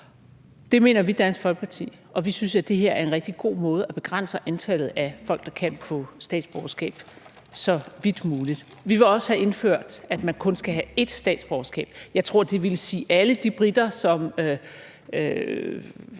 Det mener vi i Dansk Folkeparti, og vi synes, at det her er en rigtig god måde at begrænse antallet af folk, der kan få statsborgerskab, så vidt muligt. Vi vil også have indført, at man kun skal have et statsborgerskab. Jeg tror, det ville si alle de briter, som